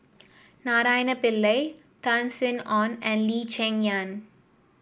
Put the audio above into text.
Naraina Pillai Tan Sin Aun and Lee Cheng Yan